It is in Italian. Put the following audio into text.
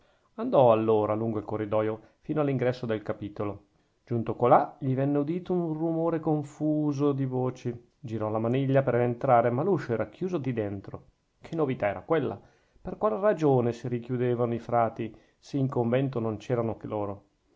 andò allora lungo il corridoio fino all'ingresso del capitolo giunto colà gli venne udito un rumore confuso di voci girò la maniglia per entrare ma l'uscio era chiuso di dentro che novità era quella per qual ragione si rinchiudevano i frati se in convento non c'erano che loro